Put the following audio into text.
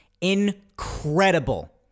Incredible